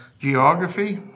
Geography